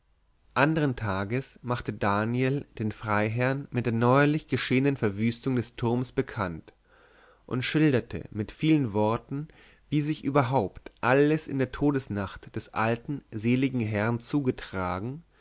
andern tages machte daniel den freiherrn mit der neuerlich geschehenen verwüstung des turms bekannt und schilderte mit vielen worten wie sich überhaupt alles in der todesnacht des alten seligen herrn zugetragen